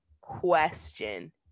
question